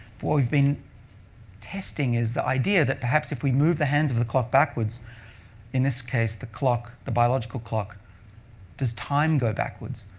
what we've been testing is the idea that perhaps if we move the hands of the clock backwards in this case, the clock, the biological clock does time go backwards?